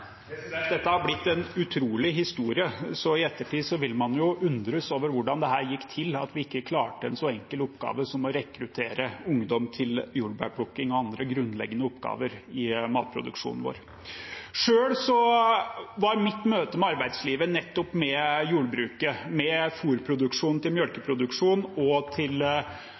Dette har blitt en utrolig historie. I ettertid vil man undres over hvordan dette gikk til, at vi ikke klarte en så enkel oppgave som å rekruttere ungdom til jordbærplukking og andre grunnleggende oppgaver i matproduksjonen vår. Selv var mitt møte med arbeidslivet nettopp med jordbruket, med fôrproduksjon, til melkeproduksjon og til